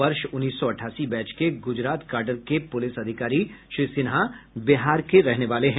वर्ष उन्नीस सौ अठासी बैच के गुजरात कैडर के पुलिस अधिकारी श्री सिन्हा बिहार के रहने वाले हैं